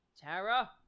Tara